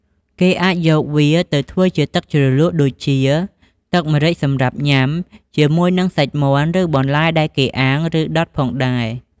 គេអាចយកវាទៅធ្វើជាទឹកជ្រលក់ដូចជាទឹកម្រេចសម្រាប់ញ៉ាំ ជាមួយនិងសាច់មាន់ ឬបន្លែដែលគេអាំង ឬដុតផងដែរ។